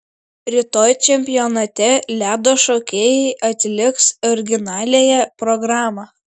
rytoj čempionate ledo šokėjai atliks originaliąją programą